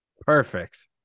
Perfect